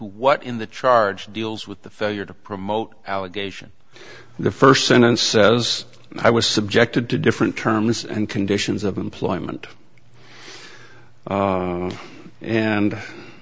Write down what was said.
what in the charge deals with the failure to promote allegation the first sentence says i was subjected to different terms and conditions of employment